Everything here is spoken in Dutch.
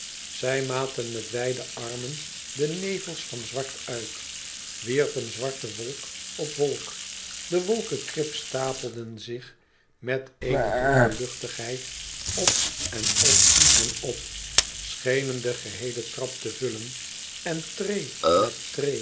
zij maten met wijde armen de nevels van zwart uit wierpen zwarte wolk op wolk de wolken krip stapelden zich met eene droeve luchtigheid op en op en op schenen de geheele trap te vullen en treê na treê